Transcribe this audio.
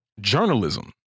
journalism